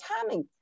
timing